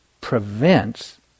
prevents